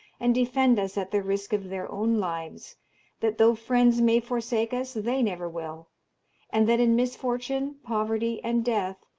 and defend us at the risk of their own lives that though friends may forsake us, they never will and that in misfortune, poverty, and death,